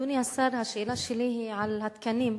אדוני השר, השאלה שלי היא על התקנים.